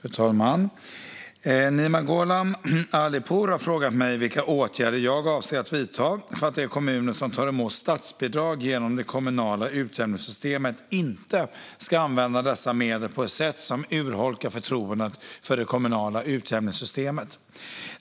Fru talman! Nima Gholam Ali Pour har frågat mig vilka åtgärder jag avser att vidta för att de kommuner som tar emot statsbidrag genom det kommunala utjämningssystemet inte ska använda dessa medel på ett sätt som urholkar förtroendet för det kommunala utjämningssystemet.